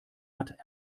hat